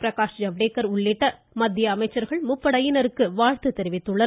பிரகாஷ் ஜவ்டேகர் உள்ளிட்ட மத்திய அமைச்சர்கள் முப்படையினருக்கு வாழ்த்து தெரிவித்துள்ளனர்